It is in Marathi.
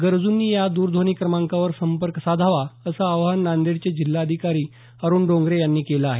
गरजूंनी या दरध्वनी क्रमांकावर संपर्क साधावा असं आवाहन नांदेडचे जिल्हाधिकारी अरुण डोंगरे यांनी केलं आहे